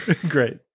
Great